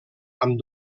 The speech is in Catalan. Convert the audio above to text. amb